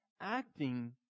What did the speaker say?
acting